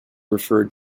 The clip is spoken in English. referred